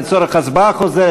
לצורך הצבעה חוזרת,